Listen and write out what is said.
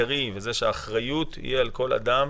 שמראה שהאחריות היא על כל אדם